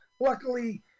luckily